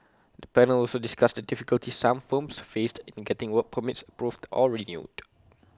the panel also discussed the difficulties some firms faced in getting work permits approved or renewed